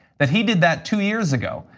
that he did that two years ago,